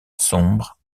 sombre